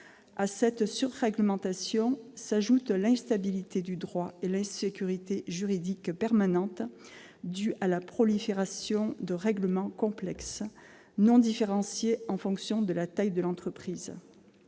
À cette surréglementation s'ajoutent l'instabilité du droit et l'insécurité juridique permanente due à la prolifération de règlements complexes, non différenciés en fonction de la taille de l'entreprise.